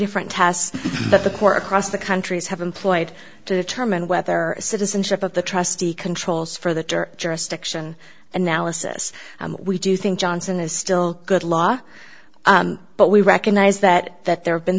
different tasks but the court across the countries have employed to determine whether citizenship of the trustee controls for that or jurisdiction analysis we do think johnson is still good law but we recognize that that there have been